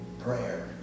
prayer